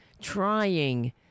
trying